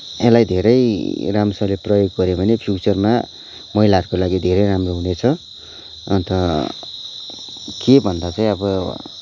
यसलाई धेरै राम्रोसँगले प्रयोग गऱ्यो भने फ्युचरमा महिलाहरूको लागि धेरै राम्रो हुनेछ अन्त के भन्दा चाहिँ अब